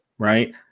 right